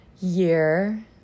year